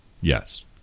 Yes